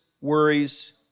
worries